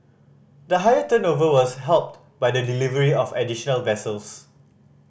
the higher turnover was helped by the delivery of additional vessels